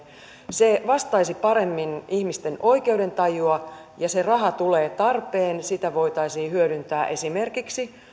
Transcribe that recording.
se vastaisi paremmin ihmisten oikeudentajua ja se raha tulee tarpeeseen sitä voitaisiin hyödyntää esimerkiksi